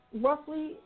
roughly